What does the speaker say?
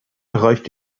erreicht